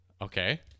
Okay